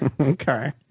Okay